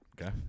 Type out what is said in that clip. Okay